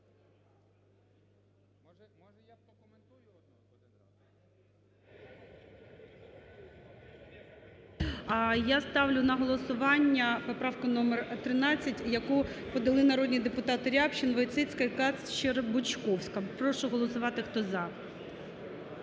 Я ставлю на голосування поправку номер 13, яку подали народні депутати Рябчин, Войціцька і Кацер-Бучковська. Прошу голосувати хто –